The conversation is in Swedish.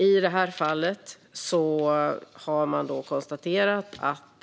I det här fallet har man konstaterat att